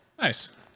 Nice